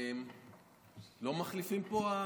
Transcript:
לא מחליפים פה?